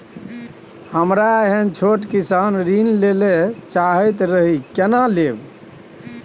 हमरा एहन छोट किसान ऋण लैले चाहैत रहि केना लेब?